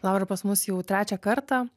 laura pas mus jau trečią kartą